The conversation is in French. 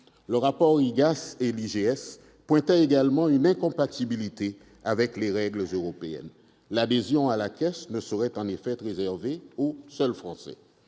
Le rapport de l'IGAS et de l'IGF relevait également une incompatibilité avec les règles européennes. L'adhésion à la Caisse ne saurait en effet être réservée aux seuls Français.